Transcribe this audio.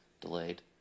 Delayed